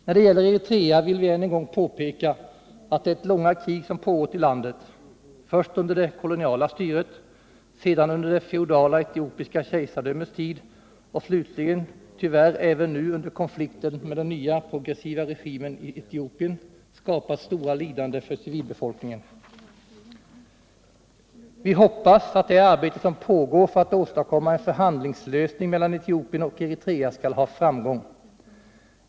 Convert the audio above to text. När det gäller Eritrea vill vi än en gång påpeka att det långa krig som pågått i landet, först under det koloniala styret, sedan under det feodala, etiopiska kejsardömets tid och slutligen tyvärr även nu under konflikten med den nya progressiva regimen i Etiopien skapat stora lidanden för civilbefolkningen. Vi hoppas att det arbete som pågår för att åstadkomma en förhandlingslösning mellan Etiopien och Eritrea skall ha framgång.